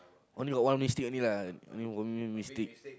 only got one mistake only lah only won't make mistake